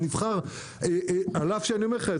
הנבחר על אף שאני אומר לך,